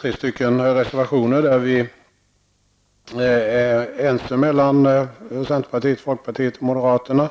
Tre av reservationerna i detta betänkande är gemensamma för centerpartiet, folkpartiet och moderaterna.